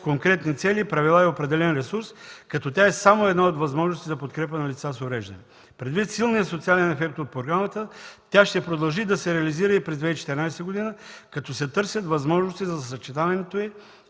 конкретни цели, правила и определен ресурс, като тя е само една от възможностите за подкрепа на лица с увреждания. Предвид силния социален ефект от програмата тя ще продължи да се реализира и през 2014 г., като се търсят възможности за съчетанието й